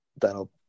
that'll